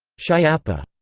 schiappa